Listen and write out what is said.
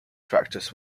practice